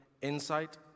insight